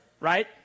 right